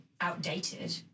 outdated